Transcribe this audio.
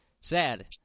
Sad